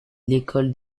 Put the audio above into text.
l’école